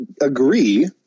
agree